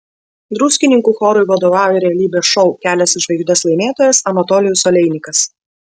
druskininkų chorui vadovauja realybės šou kelias į žvaigždes laimėtojas anatolijus oleinikas